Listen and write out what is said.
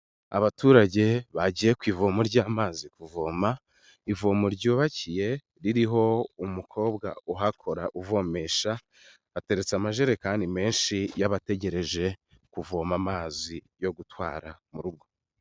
Abaturage bagiye ku ivoma ry'amazi kuvoma ivomo ryubakiye ririho umukobwa uhakora uvomesha hateretse amajerekani menshi y'abategereje kuvoma amazi yo gutwara mu rugo.